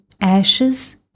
ashes